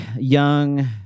young